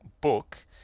book